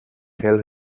tell